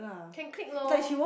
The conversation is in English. can click lor